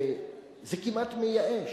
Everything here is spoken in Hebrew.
וזה כמעט מייאש,